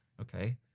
okay